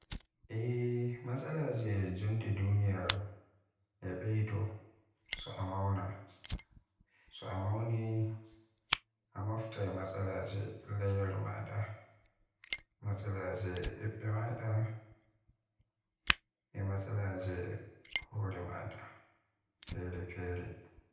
Eeh matsalaje jonde duniyaaru e beydo so a mauna, so a mawni a moftay matsalaaje lanyol maada, matsalaaje bibbe maada, e matsalaaje hore maada fere-fere.